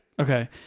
okay